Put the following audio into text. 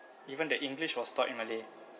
even the english was taught in malay